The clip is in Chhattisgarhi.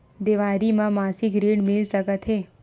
देवारी म मासिक ऋण मिल सकत हे?